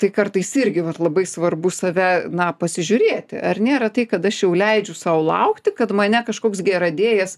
tai kartais irgi labai svarbu save na pasižiūrėti ar nėra tai kad aš jau leidžiu sau laukti kad mane kažkoks geradėjas